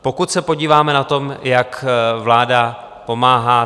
Pokud se podíváme na to, jak vláda pomáhá.